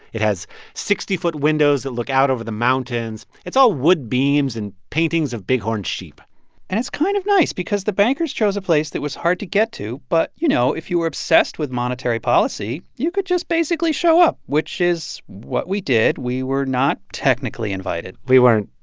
it has sixty foot windows that look out over the mountains. it's all wood beams and paintings of bighorn sheep and it's kind of nice because the bankers chose a place that was hard to get to, but, you know, if you were obsessed with monetary policy, you could just basically show up, which is what we did. we were not technically invited we weren't.